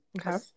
Okay